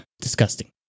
disgusting